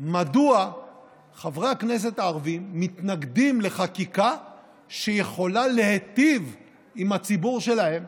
מדוע חברי הכנסת הערבים מתנגדים לחקיקה שיכולה להיטיב עם הציבור שלהם,